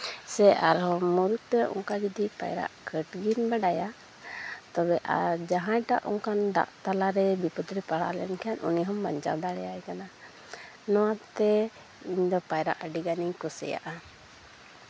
ᱥᱮ ᱟᱨᱦᱚᱸ ᱢᱩᱨᱩᱠᱷ ᱛᱮ ᱚᱱᱠᱟ ᱡᱩᱫᱤ ᱯᱟᱭᱨᱟᱜ ᱠᱟᱹᱛ ᱜᱮᱢ ᱵᱟᱲᱟᱭᱟ ᱛᱚᱵᱮ ᱟᱨ ᱡᱟᱦᱟᱸᱭ ᱴᱟᱜ ᱚᱱᱠᱟᱱ ᱫᱟᱜ ᱛᱟᱞᱟᱨᱮ ᱵᱤᱯᱚᱫ ᱨᱮ ᱯᱟᱲᱟᱣ ᱞᱮᱱᱠᱷᱟᱱ ᱩᱱᱤ ᱦᱚᱸᱢ ᱵᱟᱧᱪᱟᱣ ᱫᱟᱲᱮᱭᱟᱭ ᱠᱟᱱᱟ ᱱᱚᱣᱟᱛᱮ ᱤᱧᱫᱚ ᱯᱟᱭᱨᱟᱜ ᱟᱹᱰᱤᱜᱟᱱ ᱤᱧ ᱠᱩᱥᱤᱭᱟᱜᱼᱟ